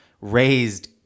raised